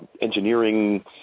engineering